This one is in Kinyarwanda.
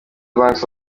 banks